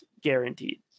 guaranteed